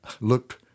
looked